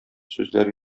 сүзләр